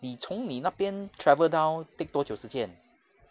你从你那边 travel down take 多久时间